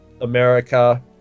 America